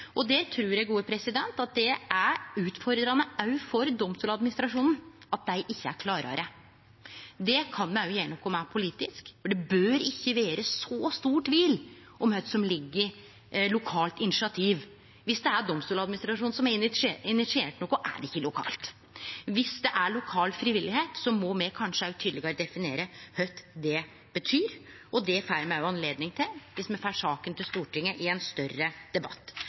og eg trur det er utfordrande òg for Domstoladministrasjonen at dei ikkje er klarare. Det kan me òg gjere noko med politisk, for det bør ikkje vere så stor tvil om kva som ligg i «lokalt initiativ». Viss det er Domstoladministrasjonen som har initiert noko, er det ikkje lokalt. Viss det er lokal frivilligheit, så må me kanskje tydelegare definere kva det betyr, og det får me anledning til viss me får saka til Stortinget i ein større debatt.